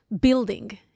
building